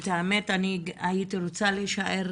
האמת, הייתי רוצה להישאר